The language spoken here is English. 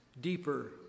deeper